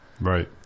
Right